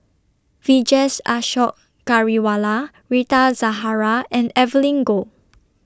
Vijesh Ashok Ghariwala Rita Zahara and Evelyn Goh